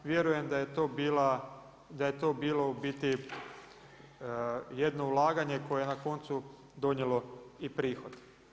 Vjerujem da je to bilo u biti jedno ulaganje koje je na koncu donijelo i prihod.